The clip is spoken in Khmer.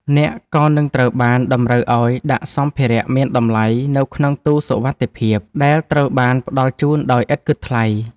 អ្នកក៏នឹងត្រូវបានតម្រូវឱ្យដាក់សម្ភារៈមានតម្លៃនៅក្នុងទូសុវត្ថិភាព ដែលត្រូវបានផ្ដល់ជូនដោយឥតគិតថ្លៃ។